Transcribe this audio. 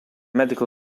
medical